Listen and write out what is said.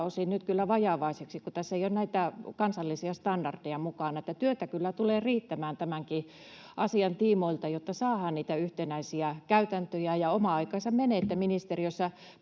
osin kyllä vajavaiseksi, kun tässä ei ole näitä kansallisia standardeja mukana. Eli työtä kyllä tulee riittämään tämänkin asian tiimoilta, jotta saadaan niitä yhtenäisiä käytäntöjä, ja oma aikansa menee, että ministeriössä